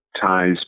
ties